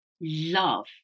love